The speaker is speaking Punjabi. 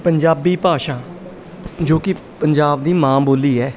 ਪੰਜਾਬੀ ਭਾਸ਼ਾ ਜੋ ਕਿ ਪੰਜਾਬ ਦੀ ਮਾਂ ਬੋਲੀ ਹੈ